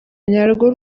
nyarwo